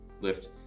Lift